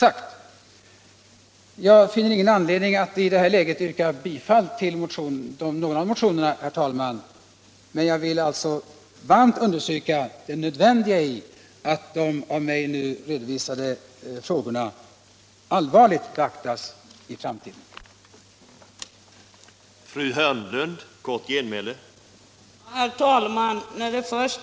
I förevarande läge finner jag ingen anledning att nu yrka bifall till någon av motionerna, men jag vill starkt understryka nödvändigheten av att de av mig här redovisade frågorna allvarligt beaktas i framtiden.